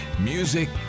music